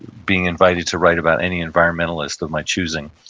being invited to write about any environmentalist of my choosing.